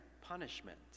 punishment